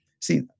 See